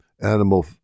animal